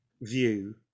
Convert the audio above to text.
view